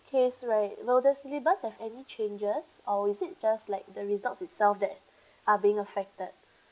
case right nor the syllabus have any changes or is it just like the results itself that are being affected